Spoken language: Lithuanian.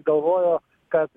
galvojo kad